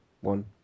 one